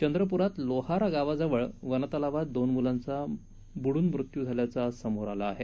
चंद्रपुरात लोहारा गावाजवळ वनतलावात दोन मुलांचा बुडून मृत्यू झाल्याचं आज समोर आलं आहे